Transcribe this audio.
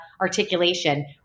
articulation